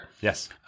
Yes